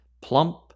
plump